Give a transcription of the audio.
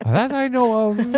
that i know of